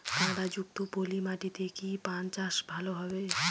কাদা যুক্ত পলি মাটিতে কি পান চাষ ভালো হবে?